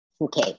Okay